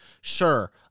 Sure